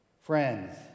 Friends